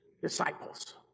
Disciples